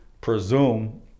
presume